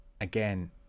again